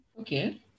Okay